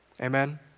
Amen